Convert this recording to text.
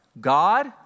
God